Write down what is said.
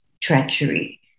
treachery